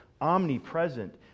omnipresent